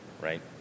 right